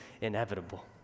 inevitable